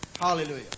Hallelujah